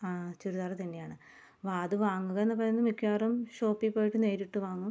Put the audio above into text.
ചുരിദാറ് തന്നെയാണ് അപ്പം അത് വാങ്ങുക എന്ന് പറയുന്നത് മിക്കവാറും ഷോപ്പിൽ പോയിട്ട് നേരിട്ട് വാങ്ങും